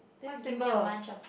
then they give me a bunch of